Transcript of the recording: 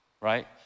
right